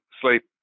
sleep